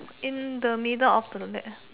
in the middle of the lake